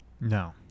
No